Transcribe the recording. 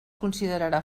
considerarà